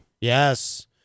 Yes